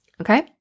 okay